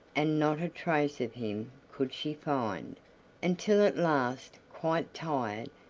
and not a trace of him could she find until at last, quite tired,